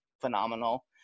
phenomenal